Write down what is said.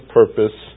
purpose